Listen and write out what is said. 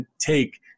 take